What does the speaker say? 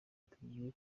tugiye